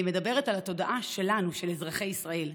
אני מדברת על התודעה שלנו, של אזרחי ישראל.